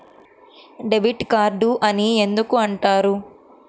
Debit card అని ఎందుకు అంటారు?